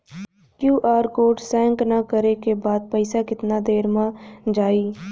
QR code scan न करे क बाद पइसा केतना देर म जाई?